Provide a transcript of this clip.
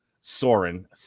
Soren